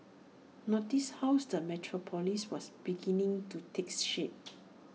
notice how is the metropolis was beginning to takes shape